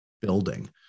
building